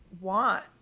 want